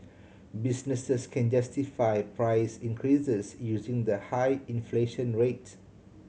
businesses can justify price increases using the high inflation rate